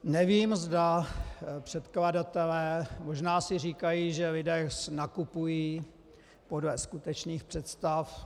Nevím, zda předkladatelé si říkají, že lidé nakupují podle skutečných představ.